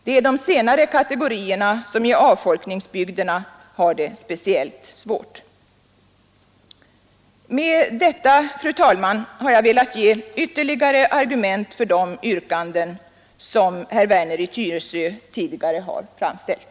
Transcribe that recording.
Det är de senare kategorierna som i avfolkningsbygderna har det speciellt svårt. Med detta, fru talman, har jag velat ge ytterligare argument för de yrkanden som herr Werner i Tyresö tidigare här har framställt.